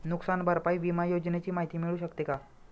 नुकसान भरपाई विमा योजनेची माहिती मिळू शकते का?